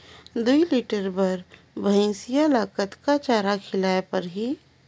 दुई लीटर बार भइंसिया ला कतना चारा खिलाय परही?